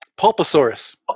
pulposaurus